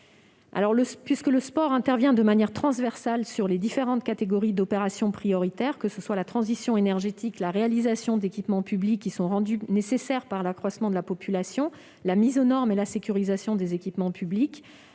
local (DSIL). Le sport intervenant de façon transversale sur les différentes catégories d'opérations prioritaires, qu'il s'agisse de la transition énergétique, de la réalisation d'équipements publics rendus nécessaires par l'accroissement de la population, de la mise aux normes et de la sécurisation des équipements publics,